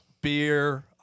Beer